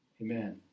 Amen